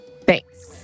Thanks